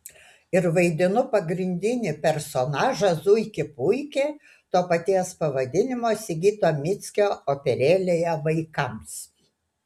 ir vaidinu pagrindinį personažą zuikį puikį to paties pavadinimo sigito mickio operėlėje vaikams